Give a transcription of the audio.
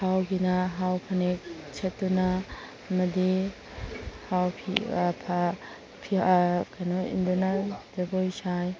ꯍꯥꯎꯒꯤꯅ ꯍꯥꯎ ꯐꯅꯦꯛ ꯁꯦꯠꯇꯨꯅ ꯑꯃꯗꯤ ꯍꯥꯎ ꯀꯩꯅꯣ ꯏꯟꯗꯨꯅ ꯖꯒꯣꯏ ꯁꯥꯏ